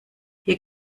hier